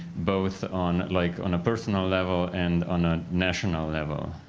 both on like on a personal level and on a national level.